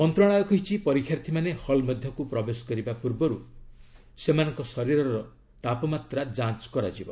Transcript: ମନ୍ତ୍ରଣାଳୟ କହିଛି ପରୀକ୍ଷାର୍ଥୀମାନେ ହଲ୍ ମଧ୍ୟକୁ ପ୍ରବେଶ କରିବା ପୂର୍ବରୁ ସେମାନଙ୍କ ଶରୀରର ତାପମାତ୍ରା ଯାଞ୍ଚ କରାଯିବ